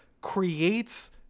creates